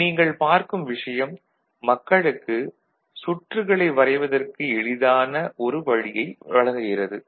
இங்கு நீங்கள் பார்க்கும் விஷயம் மக்களுக்கு சுற்றுகளை வரைவதற்கு எளிதான ஒரு வழியை வழங்குகிறது